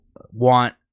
want